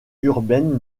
urbaine